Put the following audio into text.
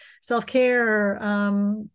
self-care